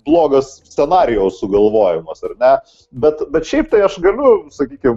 blogas scenarijaus sugalvojimas ar net bet bet šiaip tai aš galiu sakykim